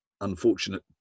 unfortunate